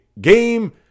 game